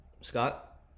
Scott